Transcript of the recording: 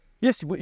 Yes